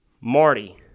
Marty